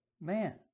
man